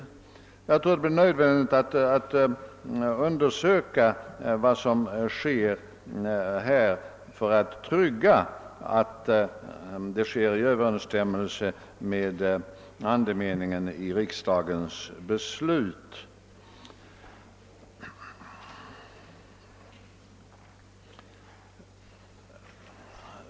Jag tror det blir nödvändigt att undersöka vad som sker härvidlag för att trygga att det sker i överensstämmelse med andemeningen i riksdagens beslut.